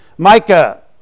Micah